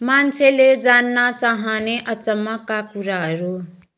मान्छेले जान्न चाहने अचम्मका कुराहरू